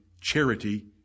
charity